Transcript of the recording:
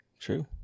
True